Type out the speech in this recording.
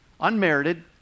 Unmerited